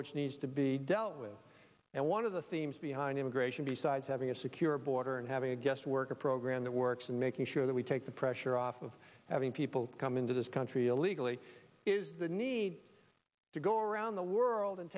which needs to be dealt with and one of the themes behind immigration besides having a secure border and having a guest worker program that works and making sure that we take the pressure off of having people come into this country illegally is the need to go around the world and